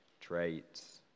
traits